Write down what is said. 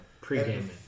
pre-gaming